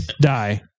Die